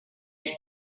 yet